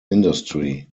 industry